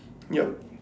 yup